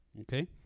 Okay